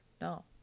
No